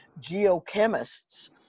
geochemists